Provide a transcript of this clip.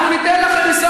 אנחנו את זה לא ניתן לכם.